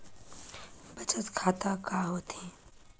बचत खाता का होथे?